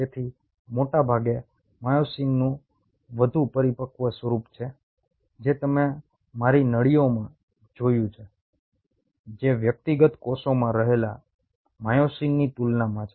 તેથી મોટેભાગે માયોસિનનું વધુ પરિપક્વ સ્વરૂપ છે જે તમે મારી નળીઓમાં જોયું છે જે વ્યક્તિગત કોષોમાં રહેલા માયોસિનની તુલનામાં છે